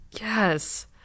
Yes